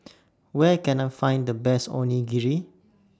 Where Can I Find The Best Onigiri